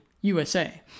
USA